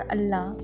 Allah